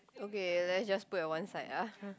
okay then just put at one side ah